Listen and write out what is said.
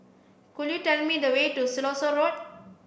could you tell me the way to Siloso Road